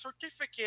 certificate